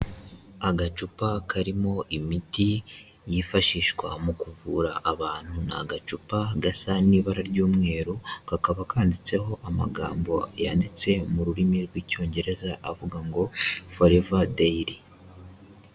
Agacupa karimo imiti yifashishwa mu kuvura abantu, ni agacupa gasa n'ibara ry'umweru, kakaba kanditseho amagambo yanditse mu rurimi rw'Icyongereza, avuga ngo foreva deyiri.